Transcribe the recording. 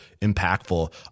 impactful